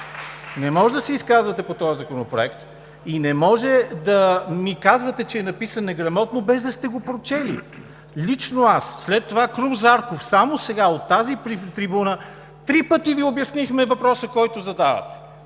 Не може да се изказвате по този законопроект и не може да казвате, че е написан неграмотно, без да сте го прочели. Лично аз, след това Крум Зарков сега, от тази трибуна, три пъти Ви обяснихме въпроса, който задавате,